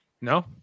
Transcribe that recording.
no